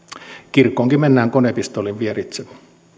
kirkkoonkin mennään konepistoolin vieritse